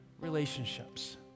relationships